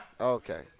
Okay